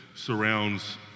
surrounds